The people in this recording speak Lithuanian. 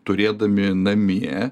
turėdami namie